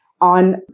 on